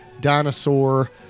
Dinosaur